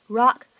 rock